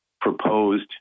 proposed